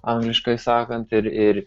angliškai sakant ir ir